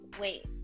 Wait